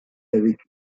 avec